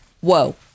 Whoa